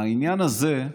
בעניין הזה,